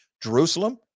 Jerusalem